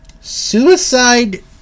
suicide